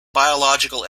biological